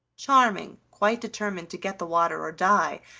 charming, quite determined to get the water or die,